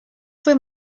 fue